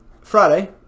Friday